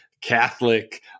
Catholic